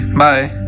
bye